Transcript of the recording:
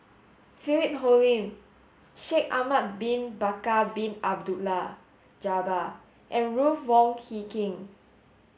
Philip Hoalim Shaikh Ahmad bin Bakar Bin Abdullah Jabbar and Ruth Wong Hie King